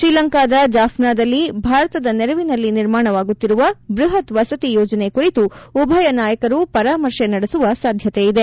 ಶ್ರೀಲಂಕಾದ ಜಾಫ್ನಾದಲ್ಲಿ ಭಾರತದ ನೆರವಿನಲ್ಲಿ ನಿರ್ಮಾಣವಾಗುತ್ತಿರುವ ಬೃಹತ್ ವಸತಿ ಯೋಜನೆ ಕುರಿತು ಉಭಯ ನಾಯಕರು ಪರಾಮರ್ಶೆ ನಡೆಸುವ ಸಾಧ್ಯತೆ ಇದೆ